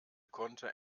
konnte